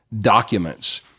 documents